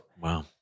Wow